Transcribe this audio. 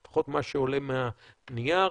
לפחות מה שעולה מהנייר.